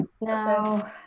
no